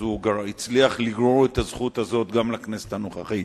אז הוא הצליח לגרור את הזכות הזאת גם לכנסת הנוכחית.